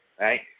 right